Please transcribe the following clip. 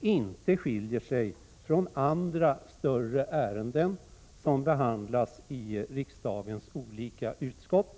inte skiljer sig från vad som gäller för andra större ärenden som behandlas i riksdagens olika utskott.